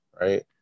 Right